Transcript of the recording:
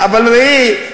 אבל ראי,